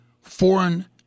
foreign